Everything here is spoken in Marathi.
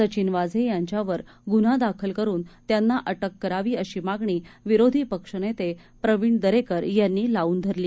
सचिन वाझे यांच्यावर गुन्हा दाखल करून त्यांना अटक करावी अशी मागणी विरोधी पक्षनेते प्रवीण दरेकर यांनी लावून धरली